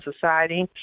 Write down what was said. society